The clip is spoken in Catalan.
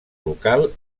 local